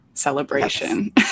Celebration